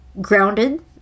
Grounded